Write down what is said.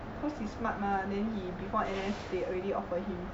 cause he smart mah then he before N_S they already offer him